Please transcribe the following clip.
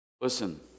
Listen